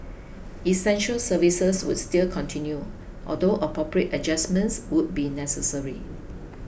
essential services would still continue although appropriate adjustments would be necessary